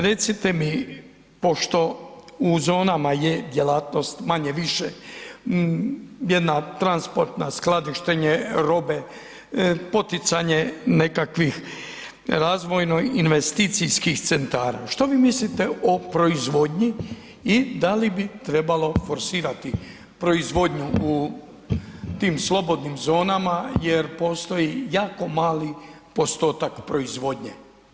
Recite mi pošto u zonama je djelatnost manje-više jedna transportna, skladištenje robe, poticanje nekakvih razvojno investicijskih centara, što vi mislite o proizvodnji i da li bi trebalo forsirati proizvodnju u tim slobodnim zonama jer postoji jako mali postotak proizvodnje?